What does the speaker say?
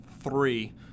three